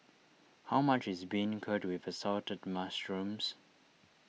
how much is Beancurd with Assorted Mushrooms